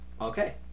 Okay